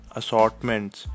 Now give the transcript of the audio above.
assortments